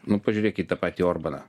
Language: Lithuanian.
nu pažiūrėk į ta patį orbaną